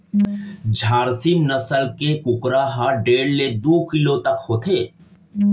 झारसीम नसल के कुकरा ह डेढ़ ले दू किलो तक के होथे